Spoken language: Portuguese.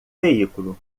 veículo